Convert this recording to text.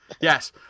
Yes